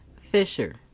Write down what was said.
Fisher